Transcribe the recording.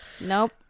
nope